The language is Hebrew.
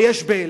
ויש באילת,